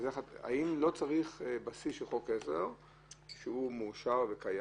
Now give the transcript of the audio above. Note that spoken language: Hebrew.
האם לא צריך בסיס של חוק עזר מאושר וקיים?